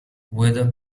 weather